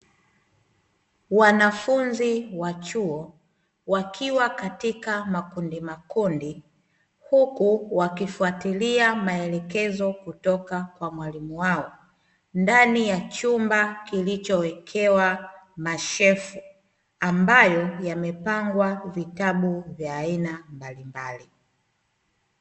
Wanafunzi wa chuo, wakiwa katika makundimakundi, huku wakifuatilia maelekezo kutoka kwa mwalimu wao ndani ya chumba kilichowekewa mashelfu, ambayo yamepangwa vitabu vya aina mbalimbali.